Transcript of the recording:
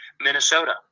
Minnesota